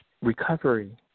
recovery